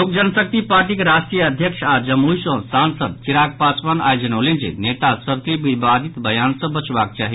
लोक जनशक्ति पार्टीक राष्ट्रीय अध्यक्ष आ जमुई सँ सांसद चिराग पासवान आइ जनौलनि जे नेता सभ के विवादित वयान सँ बचवाक चाहि